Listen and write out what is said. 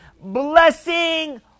Blessing